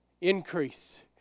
Increase